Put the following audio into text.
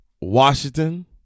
washington